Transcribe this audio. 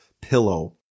pillow